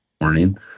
morning